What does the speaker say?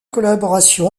collaboration